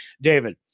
David